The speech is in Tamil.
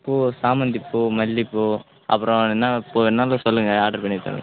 பூ சாமந்திப்பூ மல்லிப்பூ அப்பறம் என்னப் பூ வேண்ணாலும் சொல்லுங்கள் ஆட்ரு பண்ணித் தர்றேன்